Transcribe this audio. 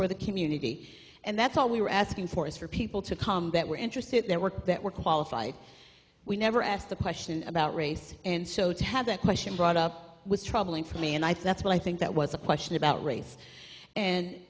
for the community and that's all we're asking for is for people to come that we're interested in their work that we're qualified we never asked the question about race and so to have that question brought up was troubling for me and i think that's why i think that was a question about race and